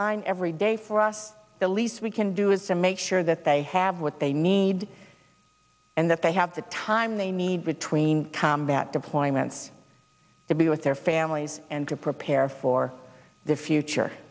line every day for us the least we can do is to make sure that they have what they need and that they have the time they need between combat deployments to be with their families and to prepare for the future